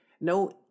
no